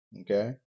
okay